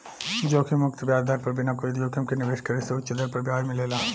जोखिम मुक्त ब्याज दर पर बिना कोई जोखिम के निवेश करे से उच दर पर ब्याज मिलेला